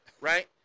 right